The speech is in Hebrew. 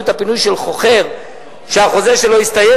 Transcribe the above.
את הפינוי של חוכר שהחוזה שלו הסתיים,